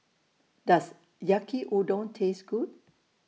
Does Yaki Udon Taste Good